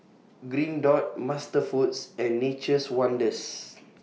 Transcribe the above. Green Dot MasterFoods and Nature's Wonders